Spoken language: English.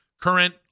current